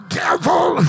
devil